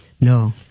No